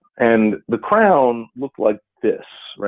and the crown look like this,